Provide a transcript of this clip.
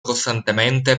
costantemente